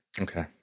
Okay